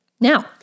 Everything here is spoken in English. Now